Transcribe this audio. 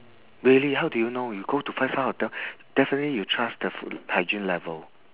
really how do you know you go to five star hotel definitely you trust the food hygiene level